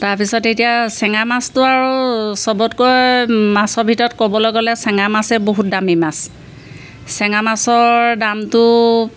তাৰপিছত এতিয়া চেঙা মাছটো আৰু চবতকৈ মাছৰ ভিতৰত ক'বলৈ গ'লে চেঙা মাছে বহুত দামী মাছ চেঙা মাছৰ দামটো